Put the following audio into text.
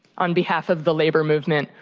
on behalf of the labor movement,